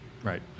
Right